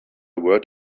word